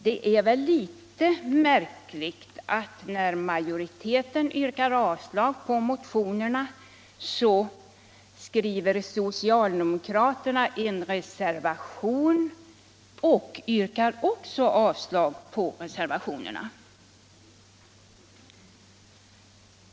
Det är väl litet märkligt att socialdemokraterna, trots att ma Joriteten yrkar avslag på motionerna, ändå skriver en reservation och i denna vyrkar avslag på samma motioner.